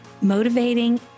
motivating